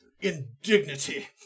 Indignity